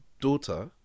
daughter